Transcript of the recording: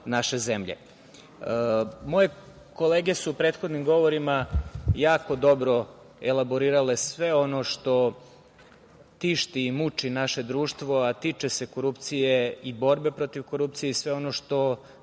naše zemlje. Moje kolege su u prethodnim govorima, jako dobro elaborirale sve ono što tišti i muči naše društvo, a tiče se korupcije i borbe protiv korupcije i sve ono što